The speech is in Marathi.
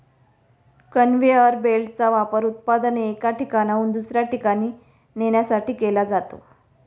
कन्व्हेअर बेल्टचा वापर उत्पादने एका ठिकाणाहून दुसऱ्या ठिकाणी नेण्यासाठी केला जातो